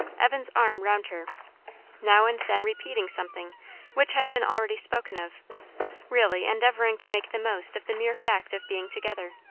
evan's arm round her now and then repeating something which had been already spoken of really endeavouring to make the most of the mere fact of being together.